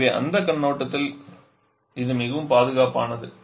எனவே அந்தக் கண்ணோட்டத்தில் இது மிகவும் பாதுகாப்பானது